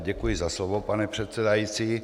Děkuji za slovo, pane předsedající.